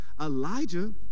Elijah